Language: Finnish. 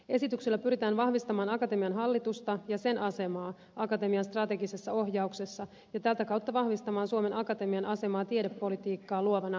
esityksellä pyritään vahvistamaan akatemian hallitusta ja sen asemaa akatemian strategisessa ohjauksessa ja tätä kautta vahvistamaan suomen akatemian asemaa tiedepolitiikkaa luovana organisaationa